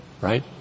right